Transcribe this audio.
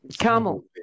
Carmel